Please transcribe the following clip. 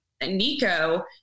Nico